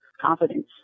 confidence